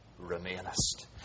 remainest